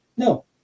No